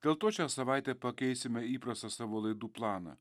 dėl to šią savaitę pakeisime įprastą savo laidų planą